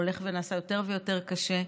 הולך ונעשה יותר ויותר קשה.